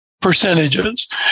percentages